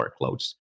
workloads